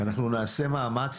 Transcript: אנחנו נעשה מאמץ,